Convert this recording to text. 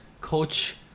coach